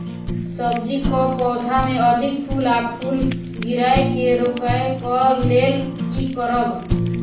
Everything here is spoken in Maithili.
सब्जी कऽ पौधा मे अधिक फूल आ फूल गिरय केँ रोकय कऽ लेल की करब?